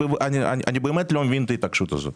אני באמת לא מבין את ההתעקשות הזאת.